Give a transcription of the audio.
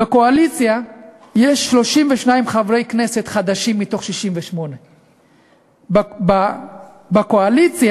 בקואליציה יש 32 חברי כנסת חדשים מתוך 68. באופוזיציה